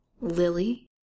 Lily